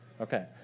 Okay